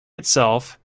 itself